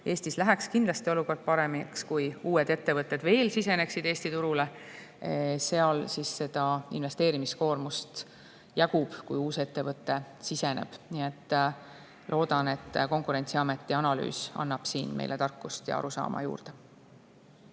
Eestis läheks kindlasti olukord paremaks, kui uued ettevõtted turule siseneksid. Seal investeerimiskoormust jagub, kui uus ettevõte siseneb. Nii et ma loodan, et Konkurentsiameti analüüs annab meile tarkust ja arusaamist juurde.